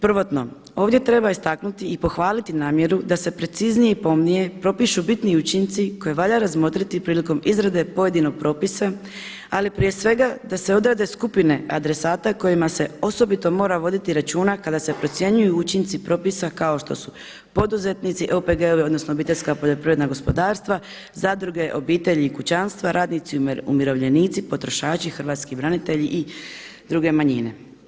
Prvotno ovdje treba istaknuti i pohvaliti namjeru da se preciznije i pomnije propišu bitni učinci koje valja razmotriti prilikom izrade pojedinog propisa, ali prije svega da se odrede skupine adresata kojima se osobito mora voditi računa kada se procjenjuju učinci propisa kao što su poduzetnici, OPG-ovi odnosno obiteljska poljoprivredna gospodarstva, zadruge, obitelji i kućanstva, radnici i umirovljenici, potrošači, hrvatski branitelji i druge manjine.